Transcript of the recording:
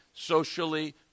socially